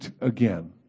again